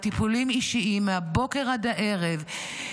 לטיפולים אישיים מהבוקר עד הערב,